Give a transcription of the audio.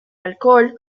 alcohol